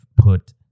put